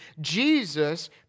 Jesus